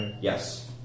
Yes